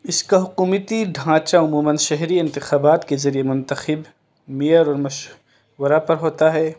اس کا حکومتی ڈھانچہ عموماً شہری انتخابات کے ذریعے منتخب میئر اور مشورہ پر ہوتا ہے